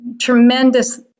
tremendous